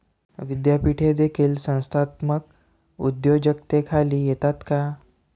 विद्यापीठे देखील संस्थात्मक उद्योजकतेखाली येतात का?